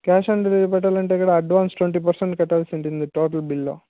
cash on delivery పెట్టాలంటే ఇక్కడ advance twenty percent కట్టాల్సి ఉంటుంది టోటల్ బిల్లులో